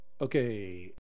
Okay